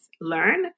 learn